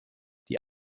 die